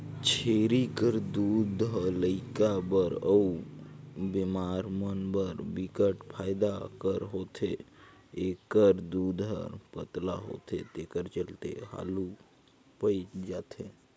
छेरी कर दूद ह लइका बर अउ बेमार मन बर बिकट फायदा कर होथे, एखर दूद हर पतला होथे तेखर चलते हालु पयच जाथे